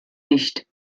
nicht